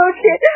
Okay